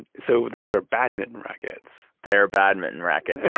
so those are badminton rackets they are badminton rackets.